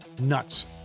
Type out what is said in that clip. Nuts